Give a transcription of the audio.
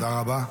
תודה רבה.